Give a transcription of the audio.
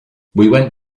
went